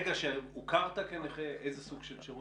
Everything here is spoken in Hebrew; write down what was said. אנחנו גם מצאנו שהגבלת הזכאות הייתה במסמך שלא היה שקוף לנכי צה"ל,